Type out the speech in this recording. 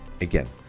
Again